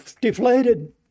deflated